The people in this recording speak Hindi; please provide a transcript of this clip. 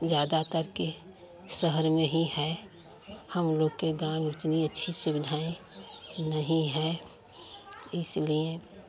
ज़्यादातर के शहर में हीं है हम लोग के गाँव उतनी अच्छी सुविधाएं नहीं हैं इसलिए